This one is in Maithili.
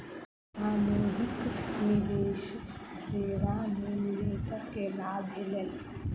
सामूहिक निवेश सेवा में निवेशक के लाभ भेलैन